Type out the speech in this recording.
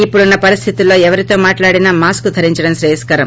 ఇప్పుడున్న పరిస్థితుల్లో ఎవరితో మాట్లాడినా మాస్కు ధరించడం శ్రేయస్కరం